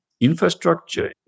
infrastructure